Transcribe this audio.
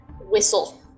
whistle